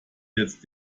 jetzt